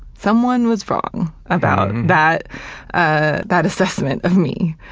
someone was wrong about that ah that assessment of me.